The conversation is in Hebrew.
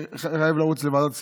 אני חייב לרוץ לוועדת כספים.